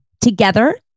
Together